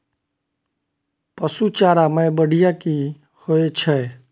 पशु चारा मैं बढ़िया की होय छै?